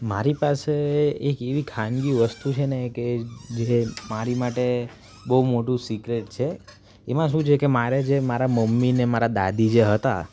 મારી પાસે એક એવી ખાનગી વસ્તુ છે ને કે જે મારી માટે બહુ મોટું સિક્રેટ છે એમાં શું છે કે મારે જે મારાં મમ્મી ને દાદી જે હતાં